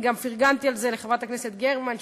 אני גם פרגנתי על זה לחברת הכנסת גרמן,